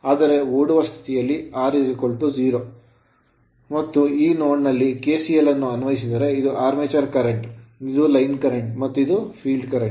ಆದರೆ ಓಡುವ ಸ್ಥಿತಿಯಲ್ಲಿ R 0 ಮತ್ತು ಈ node ನೋಡ್ ನಲ್ಲಿ KCL ಅನ್ನು ಅನ್ವಯಿಸಿದರೆ ಇದು armature current ಆರ್ಮೇಚರ್ ಕರೆಂಟ್ ಇದು line current ಲೈನ್ ಕರೆಂಟ್ ಮತ್ತು ಇದು field current ಫೀಲ್ಡ್ ಕರೆಂಟ್